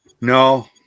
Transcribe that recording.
no